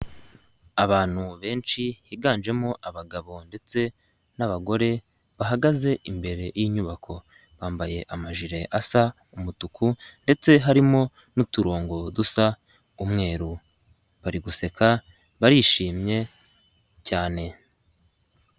Abantu benshi higanjemo abagabo ndetse n'abagore, bahagaze imbere y'inyubako bambaye amajire asa umutuku, ndetse harimo n'uturongo dusa umweru, bari guseka barishimye cyane.